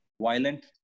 violent